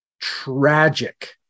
tragic